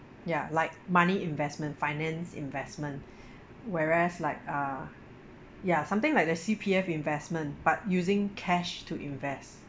ya like money investment finance investment whereas like uh ya something like the C_P_F investment but using cash to invest